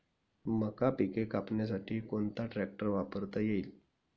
मका पिके कापण्यासाठी कोणता ट्रॅक्टर वापरता येईल?